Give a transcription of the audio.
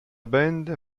band